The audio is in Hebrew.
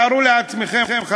תארו לעצמכם, חברים,